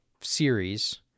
series